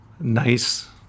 nice